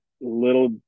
little